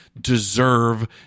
deserve